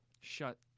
Shut